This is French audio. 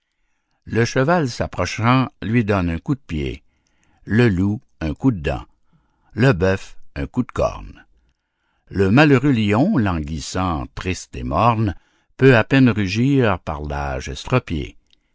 le cheval s'approchant lui donne un coup de pied le loup un coup de dent le bœuf un coup de corne le malheureux lion languissant triste et morne peut à peine rugir par l'âge estropié